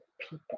people